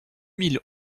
mille